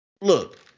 look